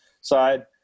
side